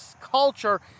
culture